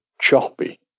choppy